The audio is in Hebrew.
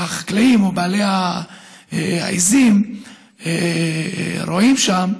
החקלאים או בעלי העיזים רועים שם,